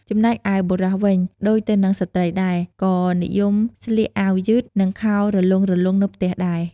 ចំណែកឯបុរសវិញ ដូចទៅនឹងស្ត្រីដែរ ក៏និយមស្លៀកអាវយឺត និងខោរលុងៗនៅផ្ទះដែរ។